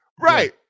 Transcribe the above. Right